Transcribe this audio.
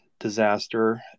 disaster